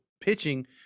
pitching